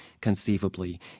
conceivably